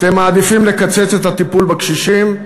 אתם מעדיפים לקצץ את הטיפול בקשישים,